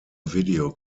video